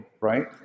right